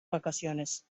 vacaciones